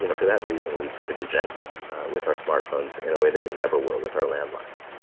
you know for that reason we tend to be gentle with our smartphones in a way that we never were with our landlines.